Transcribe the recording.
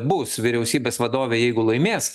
bus vyriausybės vadovė jeigu laimės